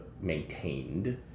maintained